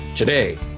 Today